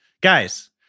Guys